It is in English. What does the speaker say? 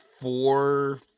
four